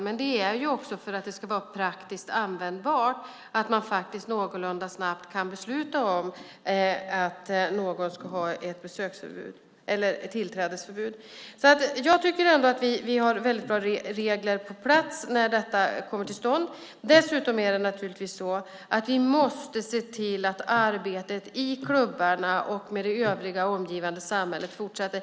Men det handlar om att det ska vara praktiskt användbart, så att man faktiskt någorlunda snabbt kan besluta om att någon ska ha ett tillträdesförbud. Så jag tycker ändå att vi har väldigt bra regler på plats när detta kommer till stånd. Dessutom måste vi naturligtvis se till att arbetet i klubbarna och med det övriga omgivande samhället fortsätter.